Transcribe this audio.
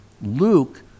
Luke